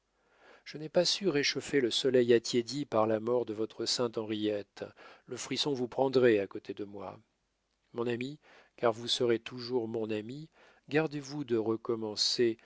je n'ai pas su réchauffer le soleil attiédi par la mort de votre sainte henriette le frisson vous prendrait à côté de moi mon ami car vous serez toujours mon ami gardez-vous de recommencer